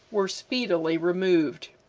were speedily removed.